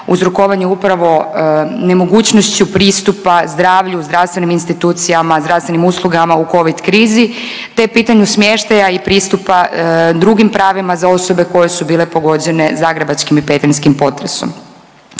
uzrokovanih upravo nemogućnošću pristupa zdravlju, zdravstvenim institucijama, zdravstvenim uslugama u covid krizi, te pitanju smještaja i pristupa drugim pravima za osobe koje su bile pogođene zagrebačkim i petrinjskim potresom.